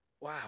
Wow